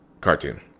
cartoon